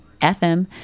FM